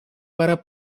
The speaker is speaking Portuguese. para